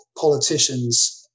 politicians